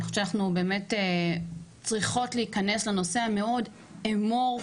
אני חושבת שאנחנו באמת צריכות להיכנס לנושא המאוד אמורפי,